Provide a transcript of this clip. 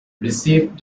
received